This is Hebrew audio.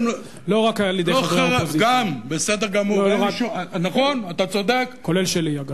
לא רק על-ידי חברי האופוזיציה.